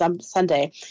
Sunday